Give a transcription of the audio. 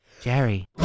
Jerry